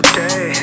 day